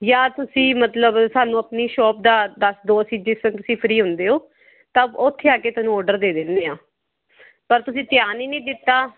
ਜਾਂ ਤੁਸੀਂ ਮਤਲਬ ਸਾਨੂੰ ਆਪਣੀ ਸ਼ੋਪ ਦਾ ਦੱਸ ਦੋ ਅਸੀਂ ਜਿਸ ਦਿਨ ਤੁਸੀਂ ਫਰੀ ਹੁੰਦੇ ਹੋ ਤਾਂ ਉੱਥੇ ਆ ਕੇ ਤੁਹਾਨੂੰ ਆਰਡਰ ਦੇ ਦਿੰਦੇ ਹਾਂ ਪਰ ਤੁਸੀਂ ਧਿਆਨ ਹੀ ਨਹੀਂ ਦਿੱਤਾ